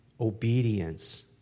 obedience